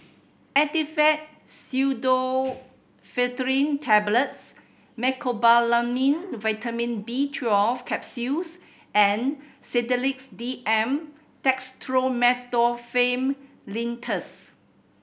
Actifed Pseudoephedrine Tablets Mecobalamin Vitamin B Twelve Capsules and Sedilix D M Dextromethorphan Linctus